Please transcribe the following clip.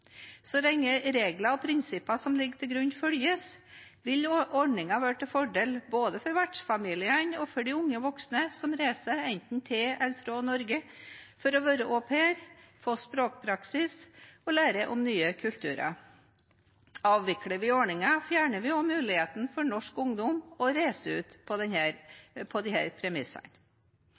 Så lenge reglene og prinsippene som ligger til grunn, følges, vil ordningen være til fordel både for vertsfamiliene og for de unge voksne som reiser enten til eller fra Norge for å være au pair, få språkpraksis og lære om nye kulturer. Avvikler vi ordningen, fjerner vi også muligheten for norsk ungdom til å reise ut på disse premissene.